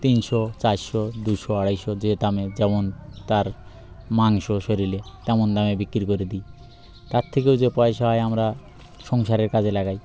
তিনশো চারশো দুশো আড়াইশো যে দামে যেমন তার মাংস শরীরে তেমন দামে বিক্রি করে দিই তার থেকেও যে পয়সা হয় আমরা সংসারের কাজে লাগাই